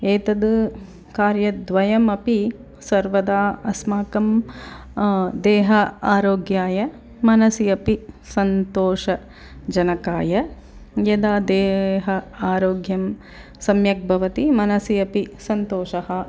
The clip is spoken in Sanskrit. एतद् कार्यद्वयमपि सर्वदा अस्माकं देहः आरोग्याय मनसि अपि सन्तोषं जनकाय यदा देहः आरोग्यं सम्यक् भवति मनसि अपि सन्तोषः